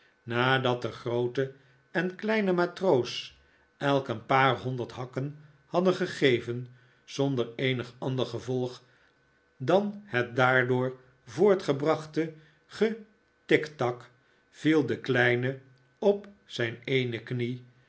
nadat de groote en kleine matroos elk een paar honderd hakken hadden gegeven zonder eenig ander gevolg dan het daardoor voortgebrachte getiktak viel de kleine op zijn eene knie